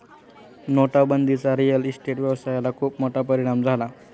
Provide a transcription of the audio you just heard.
नोटाबंदीचा real estate व्यवसायाला खूप मोठा परिणाम झाला